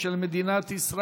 אין מתנגדים, אין נמנעים.